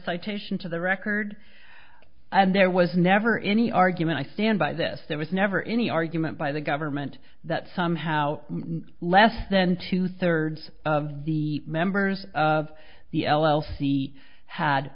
citation to the record and there was never any argument i stand by this there was never any argument by the government that somehow less than two thirds of the members of the l l c had